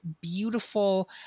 beautiful